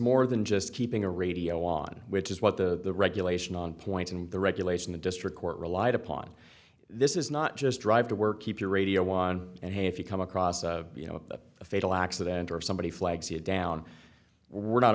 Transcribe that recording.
more than just keeping a radio on which is what the regulation on points and the regulation the district court relied upon this is not just drive to work keep your radio on and if you come across a you know a fatal accident or somebody flags you down we're not